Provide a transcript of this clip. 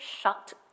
shut